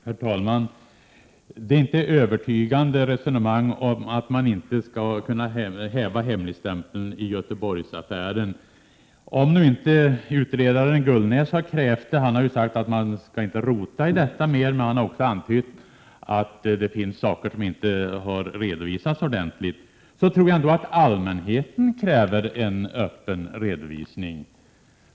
Herr talman! Det är inte ett övertygande resonemang som förs om att inte häva hemligstämpeln i Göteborgsaffären. Om inte utredaren Gullnäs har krävt det — han har sagt att man inte skall rota i detta mer, men han har också antytt att det finns saker som inte har redovisats ordentligt — så tror jag ändå att allmänheten kräver en öppen redovisning.